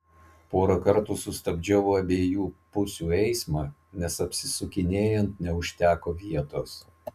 porą kartų sustabdžiau abiejų pusių eismą nes apsisukinėjant neužteko vietos